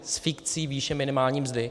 S fikcí výše minimální mzdy.